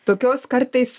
tokios kartais